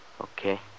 Okay